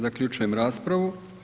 Zaključujem raspravu.